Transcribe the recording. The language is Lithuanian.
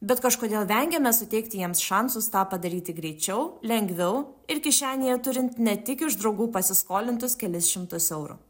bet kažkodėl vengiame suteikti jiems šansus tą padaryti greičiau lengviau ir kišenėje turint ne tik iš draugų pasiskolintus kelis šimtus eurų